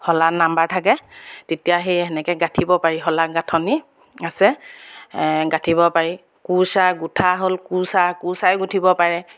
শলা নাম্বাৰ থাকে তেতিয়া সেই সেনেকৈ গাঁঠিব পাৰি শলা গাঁথনি আছে গাঁঠিব পাৰি কোৰচা গোঠা হ'ল কোৰচা কোৰচাৰে গোঁঠিব পাৰে